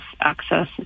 access